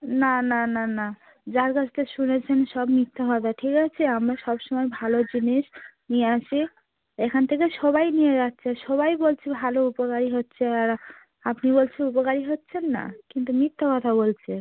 না না না না যার কাছ থেকে শুনেছেন সব মিথ্যা কথা ঠিক আছে আমরা সব সময় ভালো জিনিস নিয়ে আসি এখান থেকে সবাই নিয়ে যাচ্ছে সবাই বলছে ভালো উপকারী হচ্ছে আর আপনি বলছেন উপকারী হচ্ছেন না কিন্তু মিথ্যে কথা বলছে